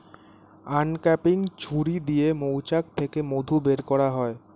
uncapping ছুরি দিয়ে মৌচাক থেকে মধু বের করা হয়